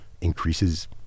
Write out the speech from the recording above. increases